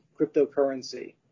cryptocurrency